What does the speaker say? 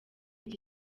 iki